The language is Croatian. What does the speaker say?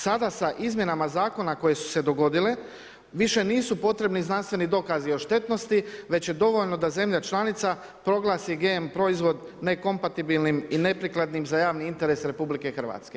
Sada sa izmjenama Zakona koje su se dogodile više nisu potrebni znanstveni dokazi o štetnosti, već je dovoljno da zemlja članica proglasi GM proizvod nekompatibilnim i neprikladnim za javni interes RH.